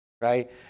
right